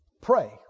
pray